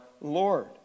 Lord